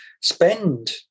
spend